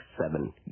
Seven